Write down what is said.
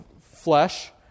flesh